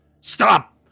Stop